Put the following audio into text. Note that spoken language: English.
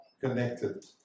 connected